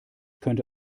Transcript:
könnte